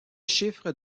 chiffres